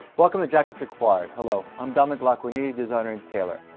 welcome to jacket's required, hello, i'm dominic lacquaniti, designer and tailor.